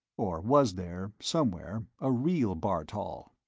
or was there, somewhere, a real bartol?